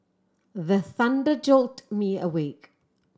the thunder jolt me awake